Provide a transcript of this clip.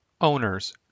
Owners